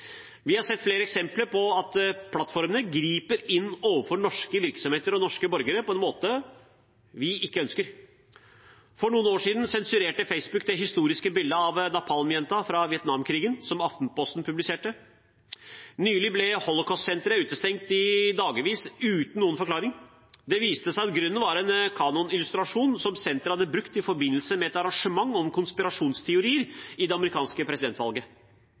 Vi har sett flere eksempler på at plattformene griper inn overfor norske virksomheter og norske borgere på en måte vi ikke ønsker. For noen år siden sensurerte Facebook det historiske bildet av napalm-jenta fra Vietnamkrigen som Aftenposten publiserte. Nylig ble Holocaustsenteret utestengt i dagevis uten noen forklaring. Det viste seg at grunnen var en QAnon-illustrasjon som senteret hadde brukt i forbindelse med et arrangement om konspirasjonsteorier i det amerikanske presidentvalget.